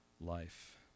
life